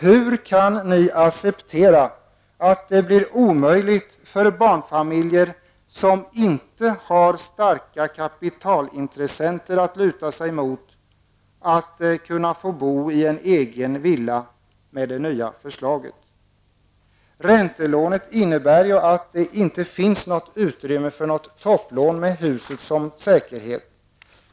Hur kan ni acceptera att det med det nya förslaget blir omöjligt för barnfamiljer som inte har starka kapitalintressenter att luta sig mot att få bo i en egen villa? Räntelånet innebär att det inte finns något utrymme för topplån med huset som säkerhet.